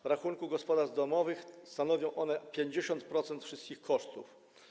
W rachunku gospodarstw domowych stanowią one 50% wszystkich kosztów.